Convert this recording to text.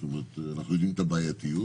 זאת אומרת אנחנו יודעים את הבעייתיות,